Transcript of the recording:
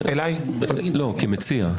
כמציע,